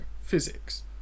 physics